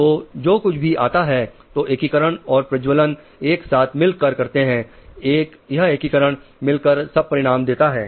तो जो कुछ भी आता है तो एकीकरण और प्रज्वलन एक साथ मिल कर करते हैं यह एकीकरण मिलकर सब परिणाम देता है